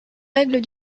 règles